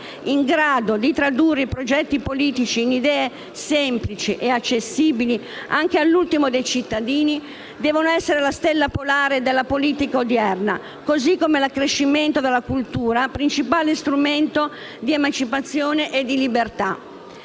in grado di tradurre i progetti politici in idee semplici e accessibili anche all'ultimo dei cittadini devono essere la stella polare della politica odierna, così come l'accrescimento della cultura, principale strumento di emancipazione e di libertà.